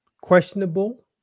questionable